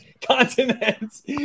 continents